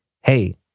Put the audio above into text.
Hey